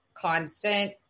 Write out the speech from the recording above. constant